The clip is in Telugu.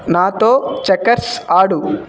నాతో చెకర్స్ ఆడు